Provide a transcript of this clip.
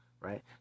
right